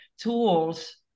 tools